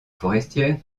forestière